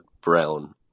brown